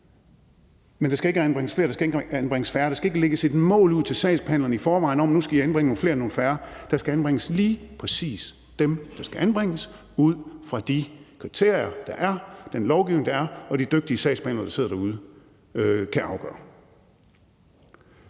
Men der skal ikke anbringes flere, der skal ikke anbringes færre, og der skal ikke i forvejen lægges et mål ud til sagsbehandlerne om, at de skal anbringe nogle flere eller nogle færre. Der skal anbringes lige præcis dem, der skal anbringes, ud fra de kriterier, der er, og den lovgivning, der er – og som de dygtige sagsbehandlere, der sidder derude, kan afgøre.